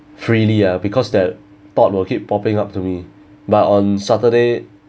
freely lah because that thought will keep popping up to me but on saturday